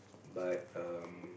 but um